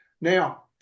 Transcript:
Now